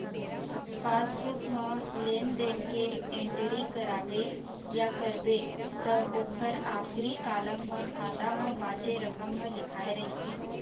passbook म लेन देन के एंटरी कराबे या करबे त ओखर आखरी कालम म खाता म बाचे रकम ह लिखाए रहिथे